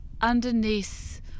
underneath